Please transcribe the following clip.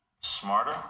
smarter